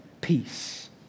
peace